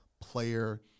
player